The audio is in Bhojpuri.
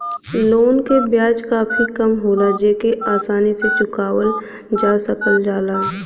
लोन क ब्याज काफी कम होला जेके आसानी से चुकावल जा सकल जाला